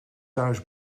thuis